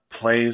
plays